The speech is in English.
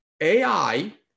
AI